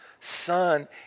son